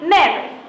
Mary